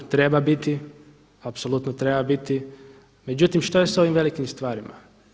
Treba biti, apsolutno treba biti, međutim što je s ovim velikim stvarima.